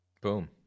Boom